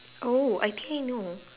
oh I think I know